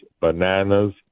bananas